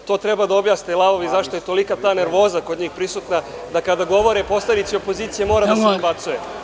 Lavovi treba da objasne zašto je tolika ta nervoza kod njih prisutna da kada govore poslanici opozicije mora da se dobacuje.